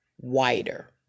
wider